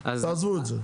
תעזבו את זה.